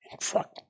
Fuck